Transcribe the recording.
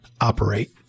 operate